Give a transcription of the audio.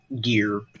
gear